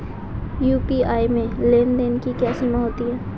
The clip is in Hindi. यू.पी.आई में लेन देन की क्या सीमा होती है?